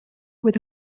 with